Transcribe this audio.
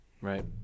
Right